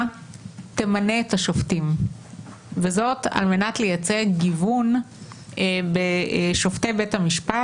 תמנה את השופטים וזאת על מנת לייצר גיוון בשופטי בית המשפט.